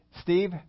Steve